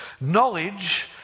knowledge